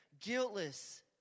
guiltless